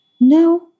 No